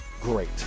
great